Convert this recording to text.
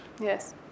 Yes